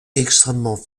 extrêmement